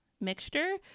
mixture